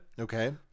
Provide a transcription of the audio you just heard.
okay